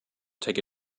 take